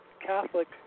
Catholic